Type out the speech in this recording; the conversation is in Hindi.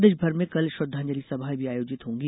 प्रदेश भर में कल श्रद्वांजलि सभाएं भी आयोजित होंगी